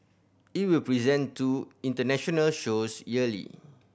it will present two international shows yearly